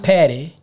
Patty